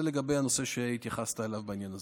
זה לגבי הנושא שהתייחסת אליו בעניין הזה.